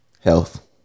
Health